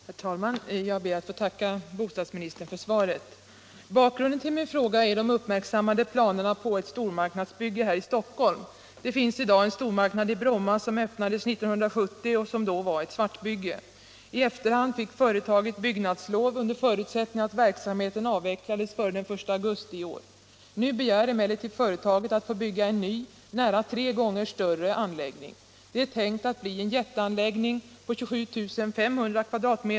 Herr talman! Jag ber att få tacka bostadsministern för svaret. Bakgrunden till min fråga är de uppmärksammade planerna på ett stormarknadsbygge här i Stockholm. Det finns i dag en stormarknad i Bromma som öppnades 1970 och som då var ett svartbygge. I efterhand fick företaget byggnadslov, under förutsättning att verksamheten avvecklades före den 1 augusti i år. Nu begär emellertid företaget att få bygga en ny, nära tre gånger större, anläggning. Det är tänkt att bli en jätteanläggning på 27500 m?